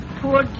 poor